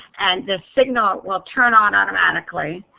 and the signal will turn on automatically,